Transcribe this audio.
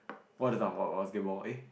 what's is the basketball eh